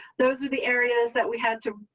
those are the areas that we had to